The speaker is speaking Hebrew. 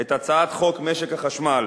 את הצעת חוק משק החשמל